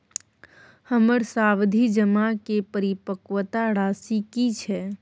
हमर सावधि जमा के परिपक्वता राशि की छै?